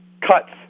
Cuts